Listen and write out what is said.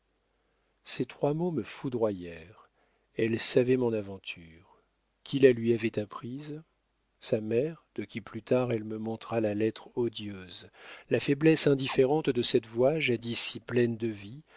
ces trois mots me foudroyèrent elle savait mon aventure qui la lui avait apprise sa mère de qui plus tard elle me montra la lettre odieuse la faiblesse indifférente de cette voix jadis si pleine de vie